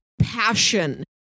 passion